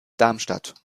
darmstadt